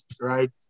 Right